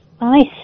nice